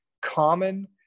common